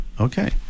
Okay